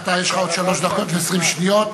אתה, יש לך עוד שלוש דקות ו-20 שניות.